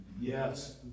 Yes